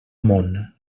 món